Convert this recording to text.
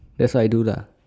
that's what I do lah